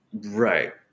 Right